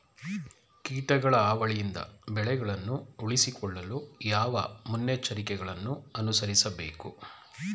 ಕೀಟಗಳ ಹಾವಳಿಯಿಂದ ಬೆಳೆಗಳನ್ನು ಉಳಿಸಿಕೊಳ್ಳಲು ಯಾವ ಮುನ್ನೆಚ್ಚರಿಕೆಗಳನ್ನು ಅನುಸರಿಸಬೇಕು?